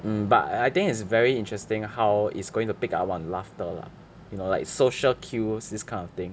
mm but I think it's very interesting how it's going to pick out our laughter lah you know like social cues this kind of thing